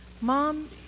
Mom